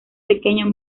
pequeño